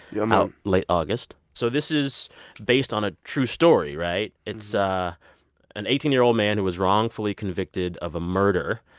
yeah, man. um out late august. so this is based on a true story, right? it's an eighteen year old man who was wrongfully convicted of a murder.